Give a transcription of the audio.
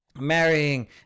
marrying